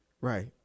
Right